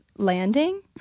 landing